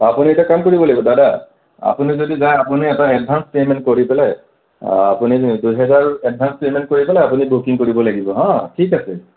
আপুনি এটা কাম কৰিব লাগিব দাদা আপুনি যদি যায় আপুনি এটা এডভান্স পে'মেণ্ট কৰি পেলাই আপুনি দুহেজাৰ এডভান্স পে'মেণ্ট কৰি পেলাই আপুনি বুকিং কৰিব লাগিব হা ঠিক আছে